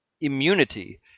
immunity